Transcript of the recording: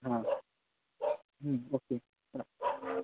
हां ओके चला हां